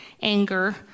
anger